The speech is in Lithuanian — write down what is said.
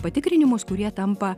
patikrinimus kurie tampa